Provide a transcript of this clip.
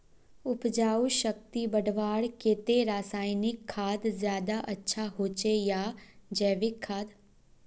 उपजाऊ शक्ति बढ़वार केते रासायनिक खाद ज्यादा अच्छा होचे या जैविक खाद?